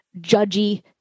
judgy